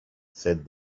said